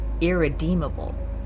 irredeemable